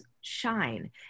shine